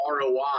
ROI